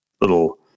little